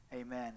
Amen